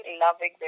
loving